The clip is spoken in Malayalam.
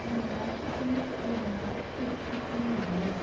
നിങ്ങൾ ചീസ് ഇനങ്ങൾ സൂക്ഷിക്കുന്നുണ്ടോ